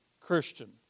Christian